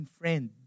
friend